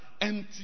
empty